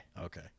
Okay